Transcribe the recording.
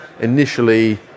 Initially